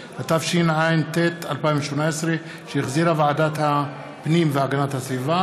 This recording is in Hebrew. איסור התניית מימון שירותי רווחה ברשויות מוחלשות),